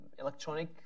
electronic